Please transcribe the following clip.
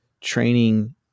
training